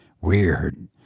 weird